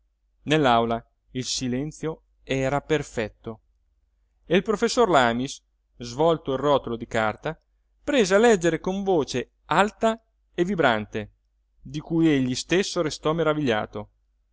nell'aula il silenzio era perfetto e il professor lamis svolto il rotolo di carta prese a leggere con voce alta e vibrante di cui egli stesso restò meravigliato